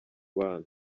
bana